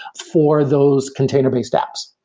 for those container-based apps.